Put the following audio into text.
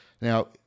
Now